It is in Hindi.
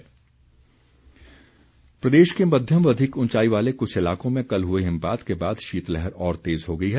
मौसम प्रदेश के मध्यम व अधिक ऊंचाई वाले कुछ इलाकों में कल हुए हिमपात के बाद शीतलहर और तेज़ हो गई है